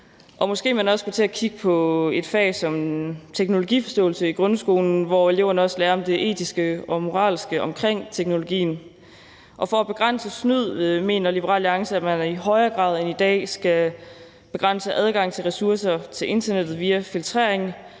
og måske man også skulle til at kigge på et fag som teknologiforståelse i grundskolen, hvor eleverne også lærer om det etiske og moralske omkring teknologien. For at begrænse snyd mener Liberal Alliance, at man i højere grad end i dag skal begrænse adgang til ressourcer på internettet via filtrering